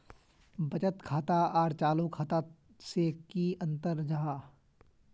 बचत खाता आर चालू खाता से की अंतर जाहा?